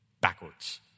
backwards